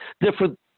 different